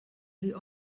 wie